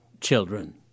children